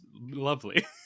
lovely